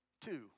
Two